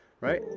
right